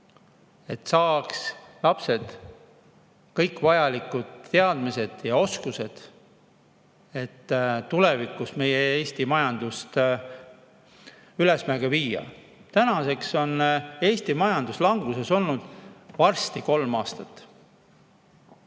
et lapsed saaks kõik vajalikud teadmised ja oskused, et tulevikus Eesti majandust ülesmäge viia. Varsti on Eesti majandus languses olnud kolm aastat.